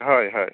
হয় হয়